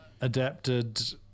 adapted